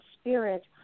spirit